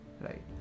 right